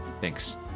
Thanks